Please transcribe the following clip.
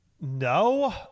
No